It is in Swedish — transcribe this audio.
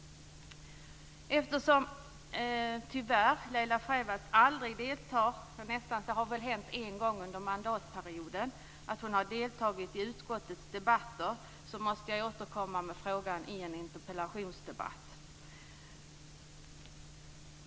Eftersom tyvärr Laila Freivalds nästan aldrig deltar i utskottets debatter - det har väl hänt en gång under mandatperioden - måste jag återkomma med frågan i en interpellationsdebatt.